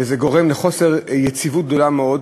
וזה גורם לחוסר יציבות גדול מאוד.